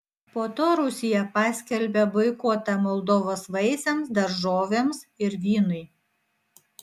po to rusija paskelbė boikotą moldovos vaisiams daržovėms ir vynui